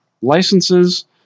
licenses